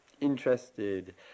interested